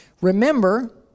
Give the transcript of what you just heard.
Remember